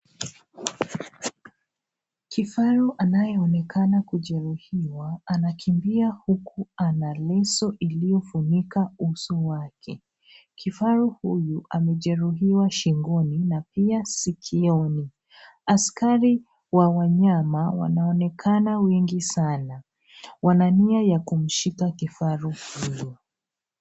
Kifaru anayeonekana kujeruhiwa anakimbia huku ana leso iliyofunika uso wake. Kifaru huyu amejeruhiwa shingoni na pia sikioni. Askari wa wanyama anaonekana wengi sana, wana nia ya kumshika kifaru huyo.